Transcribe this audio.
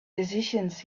decisions